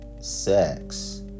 sex